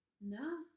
No